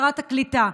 שרת הקליטה,